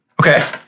Okay